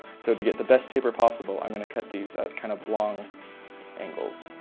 so to get the best taper possible, i'm going to cut these at kind of long angles.